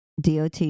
DOT